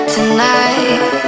Tonight